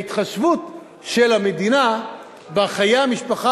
כביטוי להתחשבות של המדינה בחיי המשפחה